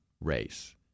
race